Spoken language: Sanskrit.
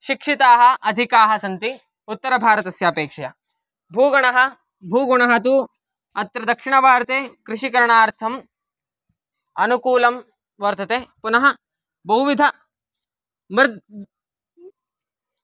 शिक्षिताः अधिकाः सन्ति उत्तरभारतस्य अपेक्षया भूगुणः भूगुणः तु अत्र दक्षिणभारते कृषिकरणार्थम् अनुकूलः वर्तते पुनः बहुविधा मृद्